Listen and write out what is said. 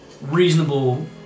reasonable